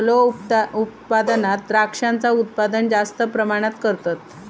फलोत्पादनात द्रांक्षांचा उत्पादन जास्त प्रमाणात करतत